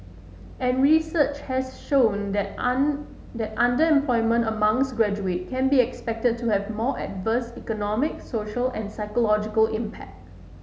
and research has shown that an that underemployment amongst graduates can be expected to have more adverse economic social and psychological impact